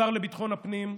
השר לביטחון הפנים,